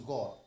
God